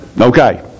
Okay